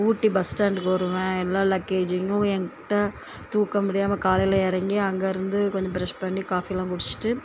ஊட்டி bus ஸ்டேண்டுக்கு வருவேன் எல்லா லக்கேஜையும் என்கிட்ட தூக்க முடியாமல் காலையில் இறங்கி அங்கே இருந்து கொஞ்சம் ப்ரெஷ் பண்ணி காஃபியெல்லாம் குடிச்சுட்டு